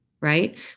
right